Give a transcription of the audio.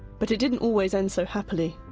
but it didn't always end so happily.